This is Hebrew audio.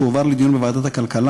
שהועבר לדיון בוועדת הכלכלה,